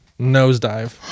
nosedive